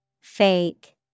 Fake